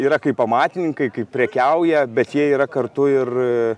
yra kaip amatininkai kaip prekiauja bet jie yra kartu ir